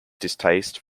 distaste